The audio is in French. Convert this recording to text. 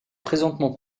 présentement